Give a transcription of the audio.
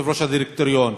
ליושב-ראש הדירקטוריון,